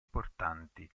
importanti